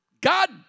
God